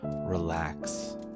relax